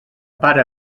pare